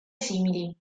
simili